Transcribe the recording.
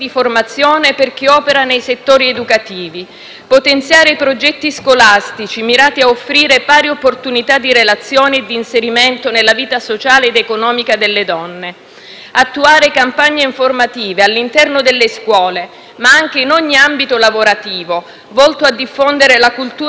potenziare i progetti scolastici mirati a offrire pari opportunità di relazione e di inserimento nella vita sociale ed economica delle donne; attuare campagne informative all'interno delle scuole, ma anche in ogni ambito lavorativo, volte a diffondere la cultura della non violenza e del rispetto del prossimo;